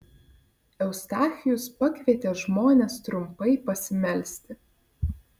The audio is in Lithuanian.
eustachijus pakvietė žmones trumpai pasimelsti